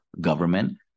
government